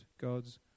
God's